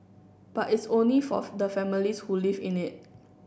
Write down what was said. but it's only for the families who live in it